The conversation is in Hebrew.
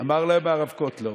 ואמר להם הרב קוטלר,